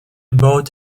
boat